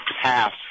half